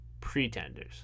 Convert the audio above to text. pretenders